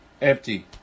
empty